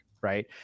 Right